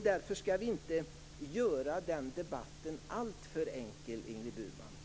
Därför skall vi inte göra den debatten alltför enkel, Ingrid Burman.